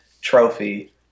trophy